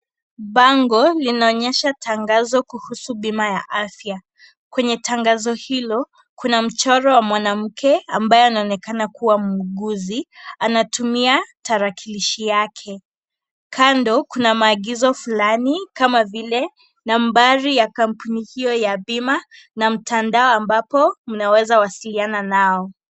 Bango linaonyesha tangazo kuhusu bima ya afya. Kwenye tangazo hilo, kuna mchoro wa mwanamke ambaye anonekana kuwa muuguzi anatumia tarakilishi yake. Kando kuna maagizo fulani kama vile nambari ya kampuni hiyo ya bima na mtandao ambapo mnaweza wasilina nao.